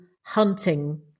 hunting